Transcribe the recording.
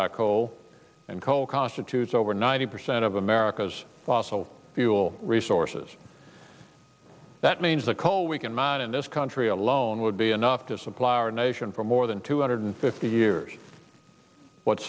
by coal and coal constitutes over ninety percent of america's fossil fuel resources that means the coal we can mine in this country alone would be enough to supply our nation for more than two hundred fifty years what